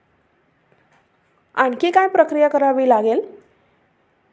आणखी काय प्रक्रिया करावी लागेल